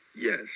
Yes